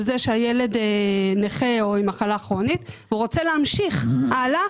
זה שהילד נכה או עם מחלה כרונית והוא רוצה להמשיך הלאה